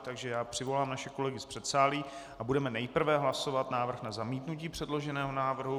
Takže přivolám naše kolegy z předsálí a budeme nejprve hlasovat návrh na zamítnutí předloženého návrhu.